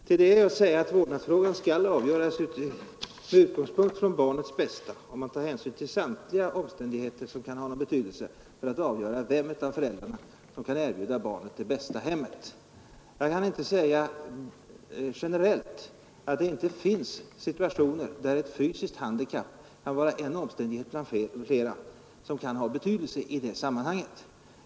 Till det vill jag säga att vårdnadsfrågan skall avgöras utifrån barnets bästa, man skall ta hänsyn till samtliga omständigheter som kan ha någon betydelse för att avgöra vem av föräldrarna som kan erbjuda barnet det bästa hemmet. Jag kan inte säga generellt att det inte finns situationer, där ett fysiskt handikapp kan vara en omständighet bland flera, som har betydelse i det sammanhanget.